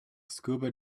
scuba